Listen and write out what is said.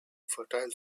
fertile